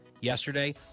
yesterday